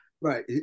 Right